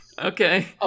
Okay